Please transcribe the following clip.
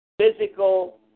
physical